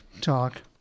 talk